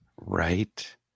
Right